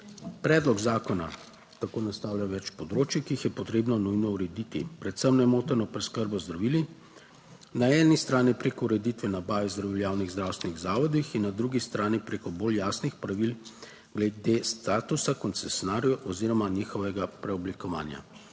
Predlog zakona tako naslavlja več področij, ki jih je potrebno nujno urediti, predvsem nemoteno preskrbo z zdravili, na eni strani preko ureditve nabave zdravil v javnih zdravstvenih zavodih in na drugi strani preko bolj jasnih pravil glede statusa koncesionarjev oziroma njihovega preoblikovanja.